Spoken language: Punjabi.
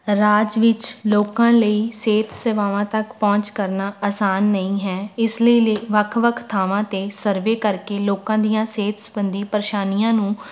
ਰਾਜ ਵਿੱਚ ਲੋਕਾਂ ਲਈ ਸਿਹਤ ਸੇਵਾਵਾਂ ਤੱਕ ਪਹੁੰਚ ਕਰਨਾ ਆਸਾਨ ਨਹੀਂ ਹੈ ਇਸ ਲਈ ਵੱਖ ਵੱਖ ਥਾਵਾਂ 'ਤੇ ਸਰਵੇ ਕਰ ਕੇ ਲੋਕਾਂ ਦੀਆਂ ਸਿਹਤ ਸੰਬੰਧੀ ਪਰੇਸ਼ਾਨੀਆਂ ਨੂੰ